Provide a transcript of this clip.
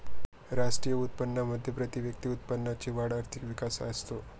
राष्ट्रीय उत्पन्नामध्ये प्रतिव्यक्ती उत्पन्नाची वाढ आर्थिक विकास असतो